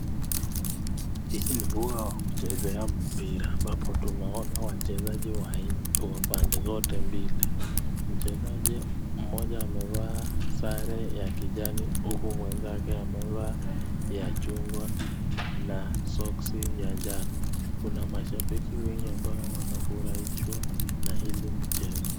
Hiki ni dua wa kuchezea mpira ambapo tunaona wachezaji wa nne pande zote mbili. Mchezaji mmoja amevaa sare ya kijani huku mwenzake amevaa ya chungwa na soksi ya njano. Kuna mashabiki wengine ambao wanafuraishwa na hili mchezo.